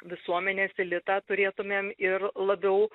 visuomenės elitą turėtumėm ir labiau